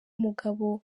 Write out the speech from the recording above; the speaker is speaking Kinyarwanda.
mugabo